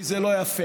כי זה לא יפה,